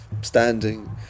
standing